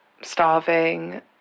starving